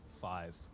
Five